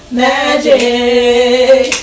magic